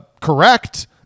correct